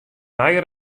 nije